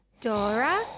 Dora